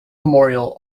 memorial